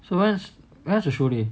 so when's when's the show day